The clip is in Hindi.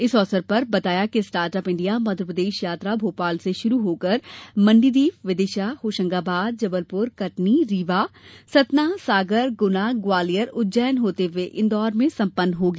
इस अवसर पर बताया गया कि स्टार्टअप इण्डिया मध्यप्रदेश यात्रा भोपाल से शुरू होकर मण्डीदीप विदिशा होशंगाबाद जबलपुर कटनी रीवा सतना सागर गुना ग्वालियर उज्जैन होते हुए इन्दौर में सम्पन्न होगी